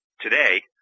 today –